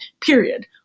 period